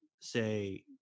say